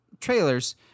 trailers